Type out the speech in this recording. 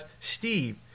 Steve